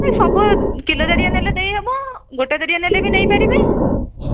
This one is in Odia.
ନାହିଁ ସବୁ କିଲୋ ଦାରିଆ ନେଲେ ଦେଇ ହେବ ଗୋଟା ଦାରିଆ ନେଲେ ବି ନେଇପାରିବେ